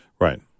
Right